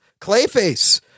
Clayface